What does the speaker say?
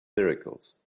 miracles